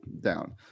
down